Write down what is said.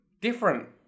different